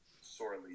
sorely